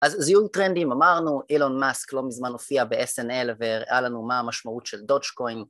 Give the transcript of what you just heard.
אז זיהוי טרנדים, אמרנו אילון מאסק לא מזמן הופיע ב-SNL והראה לנו מה המשמעות של דודג'קוין